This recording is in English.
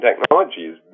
technologies